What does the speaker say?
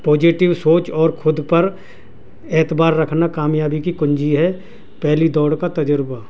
positive سوچ اور خود پر اعتبار رکھنا کامیابی کی کنجی ہے پہلی دوڑ کا تجربہ